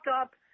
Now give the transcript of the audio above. up